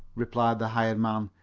replied the hired man.